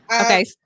Okay